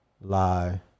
lie